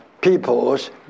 people's